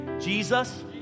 Jesus